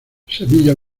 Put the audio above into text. semillas